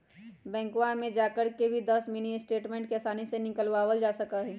बैंकवा में जाकर भी दस मिनी स्टेटमेंट के आसानी से निकलवावल जा सका हई